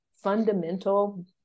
fundamental